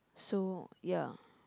so ya